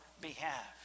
behalf